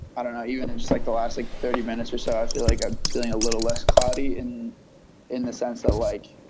i don't know, even and just like the last like thirty minutes or so, i feel like i'm seeing a little less cloudy in in the sense of like